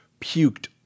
puked